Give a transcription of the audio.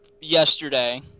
yesterday